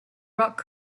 rock